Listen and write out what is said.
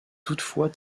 toutefois